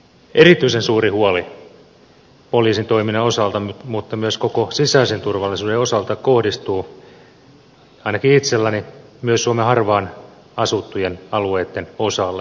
erityisen suuri huoli poliisin toiminnan osalta mutta myös koko sisäisen turvallisuuden osalta kohdistuu ainakin itselläni myös suomen harvaan asuttujen alueitten osalle